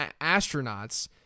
astronauts